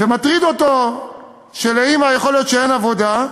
ומטריד אותו שלאימא, יכול להיות שאין עבודה,